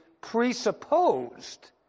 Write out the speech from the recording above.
presupposed